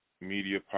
Media